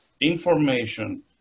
information